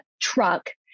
Truck